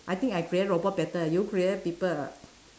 I think I create robot better you create people lah